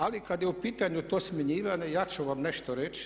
Ali, kad je u pitanju to smjenjivanje ja ću vam nešto reći.